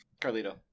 Carlito